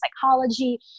psychology